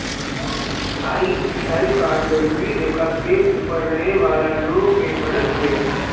APL card गरीबी रेखा के ऊपर रहे वाला लोग के बनत हवे